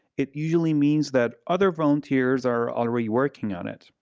it usually means that other volunteers are already working on it.